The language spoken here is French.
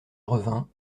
revint